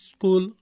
School